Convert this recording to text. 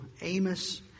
Amos